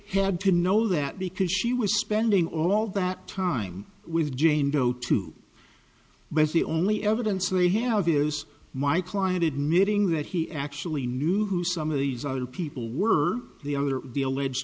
had to know that because she was spending all that time with jane doe two but the only evidence they have is my client admitting that he actually knew who some of these other people were the other the alleged